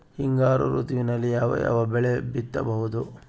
ಹಿಂಗಾರು ಋತುವಿನಲ್ಲಿ ಯಾವ ಯಾವ ಬೆಳೆ ಬಿತ್ತಬಹುದು?